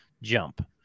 jump